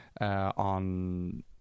on